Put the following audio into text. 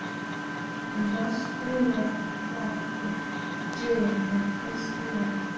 and thus they led a quiet life during their princely raine,